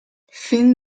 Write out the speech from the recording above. fin